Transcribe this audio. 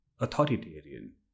authoritarian